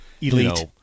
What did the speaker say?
elite